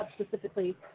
specifically